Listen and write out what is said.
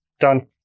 Done